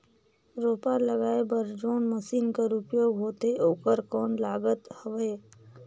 रोपा लगाय बर जोन मशीन कर उपयोग होथे ओकर कौन लागत हवय?